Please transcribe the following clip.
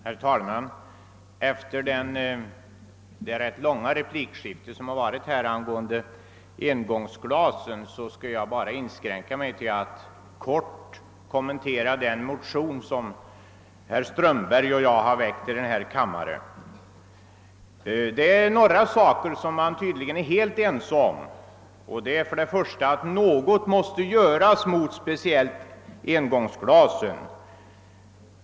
Herr talman! Efter det rätt långa replikskifte som har förekommit här angående engångsglasen skall jag inskränka mig till att i korthet kommentera den motion som herr Strömberg och jag har väckt i denna kammare. Det är några saker som man tydligen är helt ense om. Det är först och främst att något måste göras mot speciellt engångsglasen.